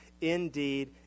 Indeed